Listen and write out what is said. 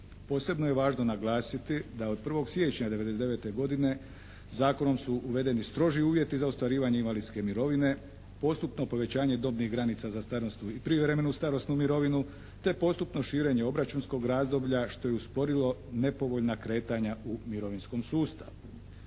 Posebno je važno naglasiti da od 1. siječnja 1999. godine zakonom su uvedeni stroži uvjeti za ostvarivanje invalidske mirovine, postupno povećanje dobnih granica za starosnu i privremenu starosnu mirovinu te postupno širenje obračunskog razdoblja što je usporilo nepovoljna kretanja u mirovinskom sustavu.